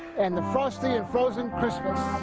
and the frosty and frozen christmas.